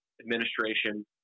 administration